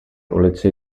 ulici